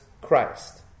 Christ